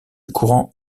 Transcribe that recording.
courant